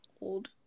old